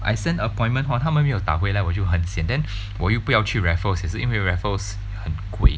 I send appointment hor 他们没有打回来我就很 sian then 我又不要去 Raffles 也是因为 Raffles 很贵